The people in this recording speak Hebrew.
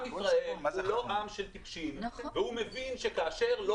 עם ישראל הוא לא עם של טיפשים והוא מבין שכאשר לא